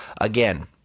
again